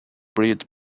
read